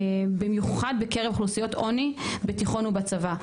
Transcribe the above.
במיוחד בקרב אוכלוסיות עוני בתיכון ובצבא.